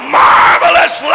marvelous